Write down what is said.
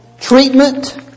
treatment